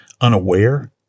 unaware